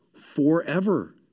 forever